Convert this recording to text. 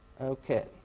Okay